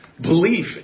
belief